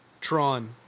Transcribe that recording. Tron